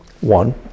one